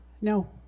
No